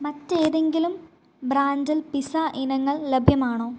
മറ്റേതെങ്കിലും ബ്രാൻഡിൽ പിസ്സ ഇനങ്ങൾ ലഭ്യമാണോ